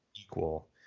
equal